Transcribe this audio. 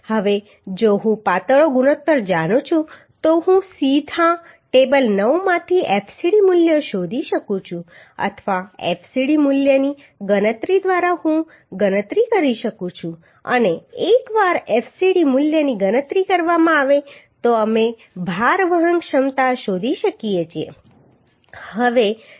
હવે જો હું પાતળો ગુણોત્તર જાણું છું તો હું સીધા ટેબલ 9 માંથી fcd મૂલ્ય શોધી શકું છું અથવા fcd મૂલ્યની ગણતરી દ્વારા હું ગણતરી કરી શકું છું અને એકવાર fcd મૂલ્યની ગણતરી કરવામાં આવે તો અમે ભાર વહન ક્ષમતા શોધી શકીએ છીએ